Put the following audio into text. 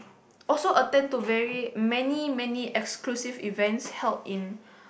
also attend to very many many exclusive events held in